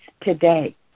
today